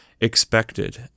expected